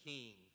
King